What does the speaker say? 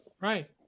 Right